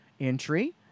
entry